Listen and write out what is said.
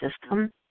system